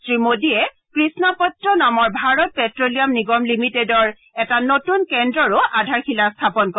শ্ৰী মোডীয়ে কৃষ্ণপট্ট নামৰ ভাৰত প্ট্ৰলিয়াম নিগম লিমিটেডৰ এটা নতুন কেন্দ্ৰৰো আধাৰশিলা স্থাপন কৰে